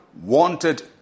wanted